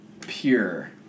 pure